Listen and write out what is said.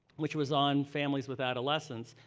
which was on families with adolescents,